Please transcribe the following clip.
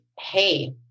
hey